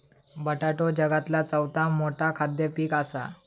बटाटो जगातला चौथा मोठा खाद्य पीक असा